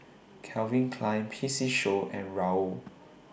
Calvin Klein P C Show and Raoul